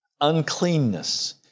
Uncleanness